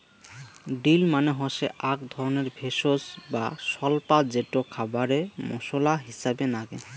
deal মানে হসে আক ধরণের ভেষজ বা স্বল্পা যেটো খাবারে মশলা হিছাবে নাগে